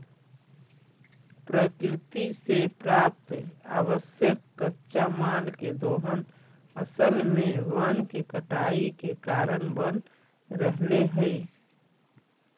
प्रकृति से प्राप्त आवश्यक कच्चा माल के दोहन असल में वन के कटाई के कारण बन रहले हई